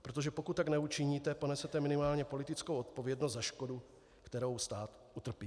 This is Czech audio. Protože pokud tak neučiníte, ponesete minimálně politickou odpovědnost za škodu, kterou stát utrpí.